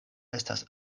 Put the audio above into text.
estas